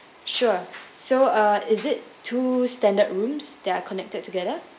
sure so uh is it two standard rooms that are connected together